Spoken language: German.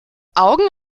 augen